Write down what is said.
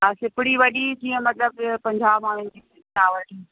हा सिपरी वॾी जीअं मतलबु पंजाह माण्हुनि जी चांवरनि जी